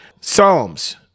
Psalms